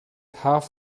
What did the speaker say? half